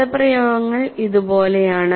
പദപ്രയോഗങ്ങൾ ഇതുപോലെയാണ്